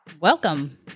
Welcome